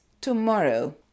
tomorrow